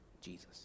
Jesus